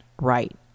Right